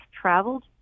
traveled